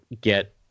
get